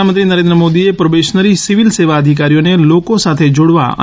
પ્રધાનમંત્રી નરેન્દ્ર મોદીએ probationary civil સેવા અધિકારીઓને લોકો સાથે જોડાવા અને